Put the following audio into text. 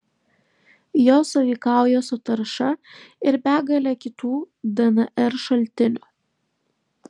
jos sąveikauja su tarša ir begale kitų dnr šaltinių